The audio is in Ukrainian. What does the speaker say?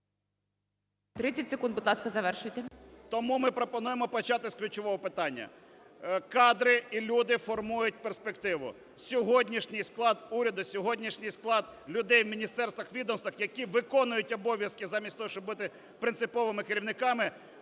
Тому ми пропонуємо почати з ключового питання. Кадри і люди формують перспективи. Сьогоднішній склад уряду, сьогоднішній склад людей в міністерствах, відомствах, які виконують обов'язки замість того, щоб бути принциповими керівниками,